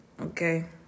Okay